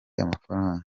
amafaranga